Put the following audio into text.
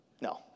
No